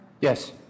Yes